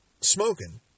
smoking